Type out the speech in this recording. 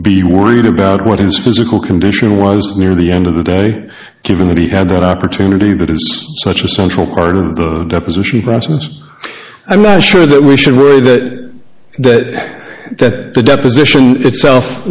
be worried about what his physical condition was near the end of the day given that he had that opportunity but is such a central part of the deposition bronson's i'm not sure that we should worry that that that the deposition itself